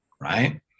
right